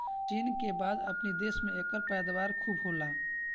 चीन के बाद अपनी देश में एकर पैदावार खूब होला